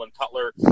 Cutler